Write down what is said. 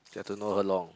get to know her long